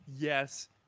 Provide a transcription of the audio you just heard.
yes